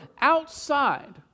outside